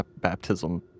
baptism